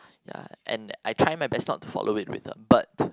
and I try my best not to follow it with them but